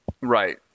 Right